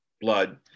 blood